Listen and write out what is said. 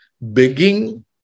begging